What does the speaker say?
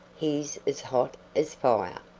his as hot as fire.